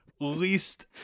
least